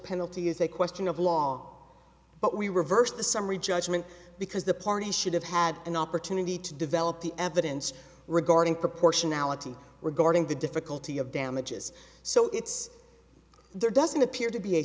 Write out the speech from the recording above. penalty is a question of law but we reversed the summary judgment because the parties should have had an opportunity to develop the evidence regarding proportionality were guarding the difficulty of damages so it's there doesn't appear to be a